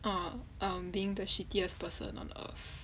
err um being the shittiest person on earth